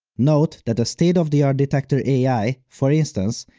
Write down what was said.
note that a state of the art detector ai, for instance,